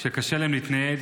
שקשה להם להתנייד,